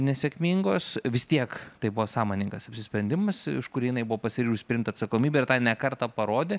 nesėkmingos vis tiek tai buvo sąmoningas apsisprendimas už kurį jinai buvo pasiryžusi priimti atsakomybę ir tą ne kartą parodė